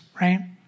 right